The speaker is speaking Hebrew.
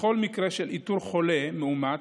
בכל מקרה של איתור חולה מאומת,